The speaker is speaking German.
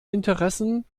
interessen